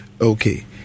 Okay